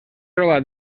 troba